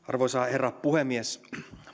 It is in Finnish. arvoisa herra puhemies